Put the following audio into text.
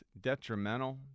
detrimental